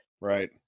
right